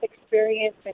experience